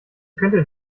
könntet